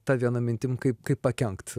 ta viena mintim kaip kaip pakenkt